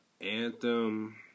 Anthem